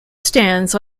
stands